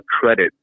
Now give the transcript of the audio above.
credit